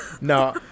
no